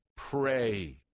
Pray